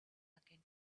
again